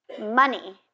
money